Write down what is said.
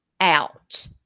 out